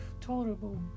tolerable